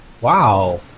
wow